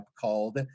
called